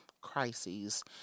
crises